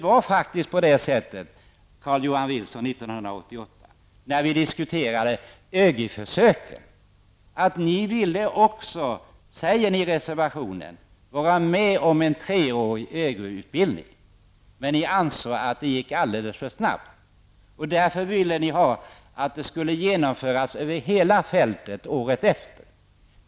När vi år 1988 diskuterade ÖGY-försöket, Carl Johan Wilson, ville också ni, vilket ni säger i reservationen, ställa er bakom en treårig utbildning. Men ni ansåg att det gick alldeles för snabbt och ville därför att förslaget skulle genomföras över hela fältet året efter.